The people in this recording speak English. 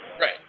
Right